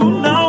now